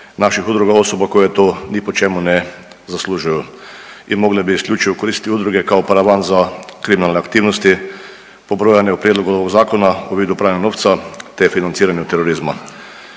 naših udruga osoba koje to ni po čemu ne zaslužuju i mogli bi isključivo koristiti udruge kao paravan za kriminalne aktivnosti pobrojane u prijedlogu ovog zakona u vidu pranja novca te financiranja terorizma.